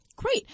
Great